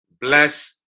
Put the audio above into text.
bless